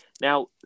now